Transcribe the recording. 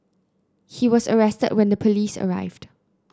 he was arrested when the police arrived